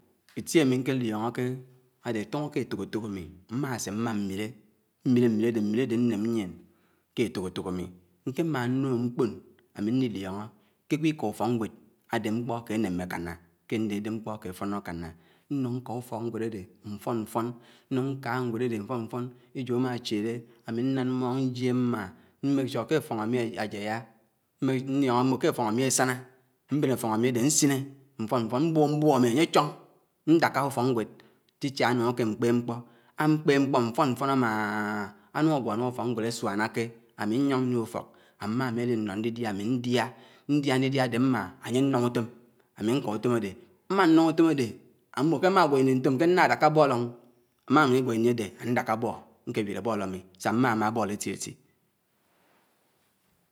Itiémi ñkéliọnọké ádè toñọ ké ètokètok ámi, mmásè mmá ñwire. mmirè ñwirèdè. mmirèdě ánèm yién ké ètokètok ámi. Nkèmák nnuk mkpon, ámi ñdiliọño ké ágwo ukà ùfọxñvwèd àdé mkpo kènémè ákànà, ké àndédè mkpọ àké fọnọ káná nnwk ká ùfọkñgwédè mfọn-mfọn, nnwk kà nvwèdè mfọn- mfọn. Ejo ámàchiere, áminàd mmọñg jié mmá, nniọñọ mbò ké áfọñ ámusànà. mbèn áfọñ ámidé nsiné mfọn-mfọn mbọbọ mbọb mi ánéchọñ ndáká ùfọkngwed, titia ánuké kpèp mkpọ. Ankpé mkpọ mfon-mfon ámá-á, ánungwọ idáhá ùfọkñgwéd ásuánáke, ámi nyoñg dï ùkak, ámámi ádinọ ndidia ndia ndidiáde mma, ánye ñnun ùtom. àmi ñká ùtom àdé. Amánnuŋ ùtom àdé ámi mmò ké àmágwọ ini ntom ké nnádákà àbòdò, ámánuñ igwọ ini àdé. amj ndàkà bọd nkéwué bọd ámi siá mmá ámá bọd étiéti